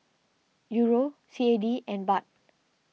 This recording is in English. Euro C A D and Baht